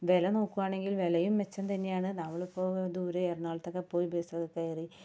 വില നോക്കുവാണെങ്കിൽ വിലയും മെച്ചന്തന്നെയാണ് നമ്മളിപ്പോൾ ദൂരെ എറണാകുളത്തൊക്കെ പോയി ബെസ്സിൽ കയറി